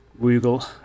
Google